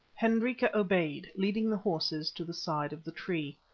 hendrika obeyed, leading the horses to the side of the tree.